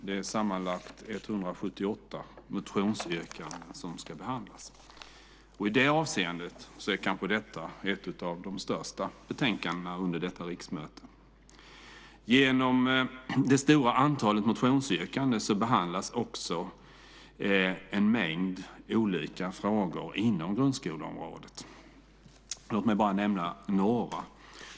Det är sammanlagt 178 motionsyrkanden som ska behandlas. I det avseendet är kanske detta ett av de största betänkandena under detta riksmöte. Genom det stora antalet motionsyrkanden behandlas också en mängd olika frågor inom grundskoleområdet. Låt mig bara nämna några.